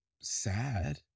sad